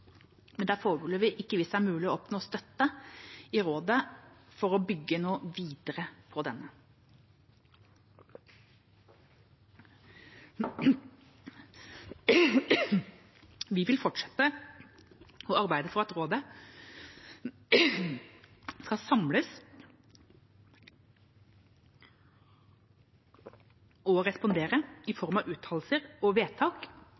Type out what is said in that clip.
men det har foreløpig ikke vist seg mulig å oppnå støtte i rådet for å bygge videre på denne. Vi vil fortsette å arbeide for at rådet skal samles og respondere i form av uttalelser og vedtak